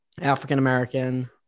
African-American